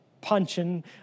punching